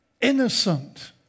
innocent